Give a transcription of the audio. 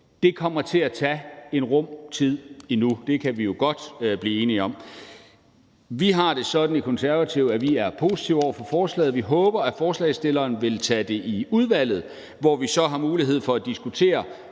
Det kommer til at tage en rum tid endnu. Det kan vi jo godt blive enige om. Vi har det sådan i Konservative, at vi er positive over for forslaget. Vi håber, at forslagsstilleren vil tage det i udvalget, hvor vi så har mulighed for at diskutere,